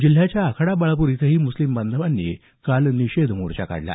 जिल्ह्याच्या आखाडा बाळापूर इथं मुस्लिम बांधवांनी निषेध मोर्चा काढला